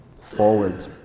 forward